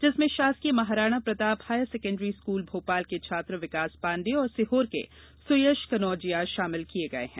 जिसमें शासकीय Maharana Pratap higher secondary school Bhopal के छात्र विकास पाण्डे और सीहोर के सुयश कनोजिया शामिल किए गए हैं